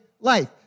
life